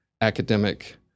academic